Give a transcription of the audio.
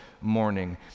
morning